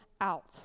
out